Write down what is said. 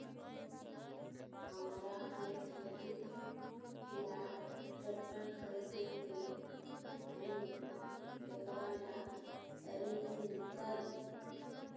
हमरा के खेती ला ट्रैक्टर खरीदे के हई, एकरा ला ऋण मिलतई?